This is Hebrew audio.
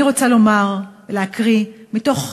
אני רוצה להקריא היום מתוך